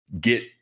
get